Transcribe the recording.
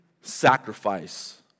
sacrifice